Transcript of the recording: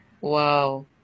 Wow